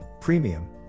premium